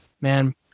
man